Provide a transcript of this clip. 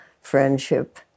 friendship